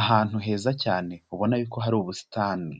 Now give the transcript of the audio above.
Ahantu heza cyane ubona yuko hari ubusitani,